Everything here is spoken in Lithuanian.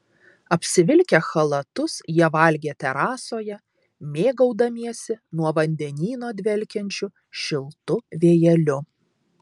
apsivilkę chalatus jie valgė terasoje mėgaudamiesi nuo vandenyno dvelkiančiu šiltu vėjeliu